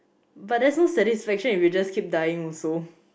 but there's no satisfaction if you just keep dying also